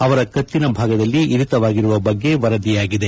ಅವರ ಕತ್ತಿನ ಭಾಗದಲ್ಲಿ ಇರಿತವಾಗಿರುವ ಬಗ್ಗೆ ವರದಿಯಾಗಿದೆ